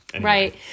Right